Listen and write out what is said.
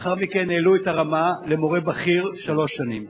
לאחר מכן העלו את הרמה למורה בכיר, שלוש שנים.